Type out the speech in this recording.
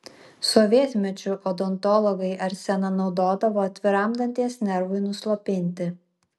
sovietmečiu odontologai arseną naudodavo atviram danties nervui nuslopinti